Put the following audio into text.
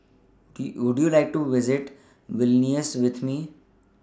D Would YOU like to visit Vilnius with Me